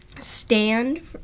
stand